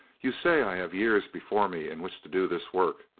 you say i have years before me in which to do this work.